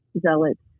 zealots